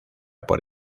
por